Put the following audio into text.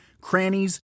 crannies